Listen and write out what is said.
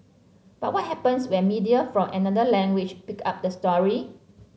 but what happens when media from another language pick up the story